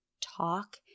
talk